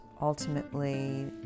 ultimately